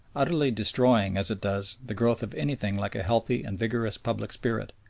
utterly destroying, as it does, the growth of anything like a healthy and vigorous public spirit.